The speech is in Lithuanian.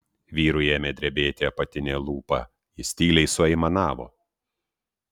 vyrui ėmė drebėti apatinė lūpa jis tyliai suaimanavo